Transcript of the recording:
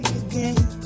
again